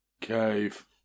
cave